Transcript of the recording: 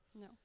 no